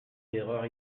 d’erreur